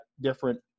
different